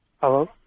Hello